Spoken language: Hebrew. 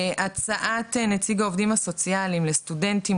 הצעת נציג העובדים הסוציאליים לסטודנטים,